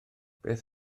beth